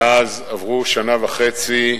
מאז עברו שנה וחצי,